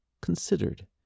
considered